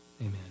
Amen